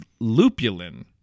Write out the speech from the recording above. lupulin